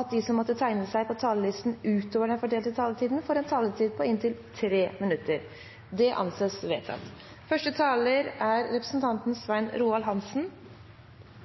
at de som måtte tegne seg på talerlisten utover den fordelte taletid, får en taletid på inntil 3 minutter. – Det anses vedtatt. Forslagsstillerne ønsker at det innhentes «en uavhengig juridisk betenkning om Norges tilknytning til EUs finanstilsyn og forholdet til Grunnlovens bestemmelser knyttet til suverenitetsoverføring». Dette spørsmålet er